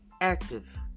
active